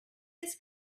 this